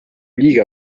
liiga